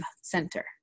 center